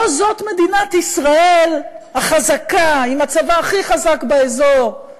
לא זאת מדינת ישראל החזקה עם הצבא הכי חזק באזור,